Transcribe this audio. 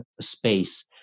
space